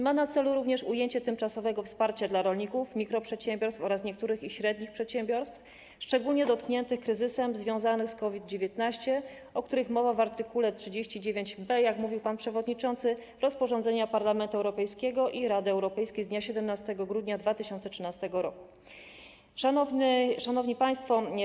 Ma na celu również ujęcie tymczasowego wsparcia dla rolników, mikroprzedsiębiorstw oraz niektórych średnich przedsiębiorstw szczególnie dotkniętych kryzysem związanym z COVID-19, o których mowa w art. 39b, jak mówił pan przewodniczący, rozporządzenia Parlamentu Europejskiego i Rady Europejskiej z dnia 17 grudnia 2013 r. Szanowni Państwo!